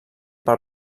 pel